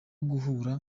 guhura